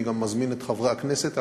ואני גם מזמין את חברי הכנסת,